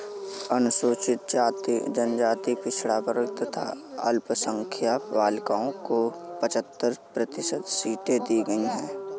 अनुसूचित जाति, जनजाति, पिछड़ा वर्ग तथा अल्पसंख्यक बालिकाओं को पचहत्तर प्रतिशत सीटें दी गईं है